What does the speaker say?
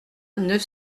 neuf